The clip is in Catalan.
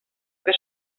que